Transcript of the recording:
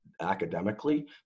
academically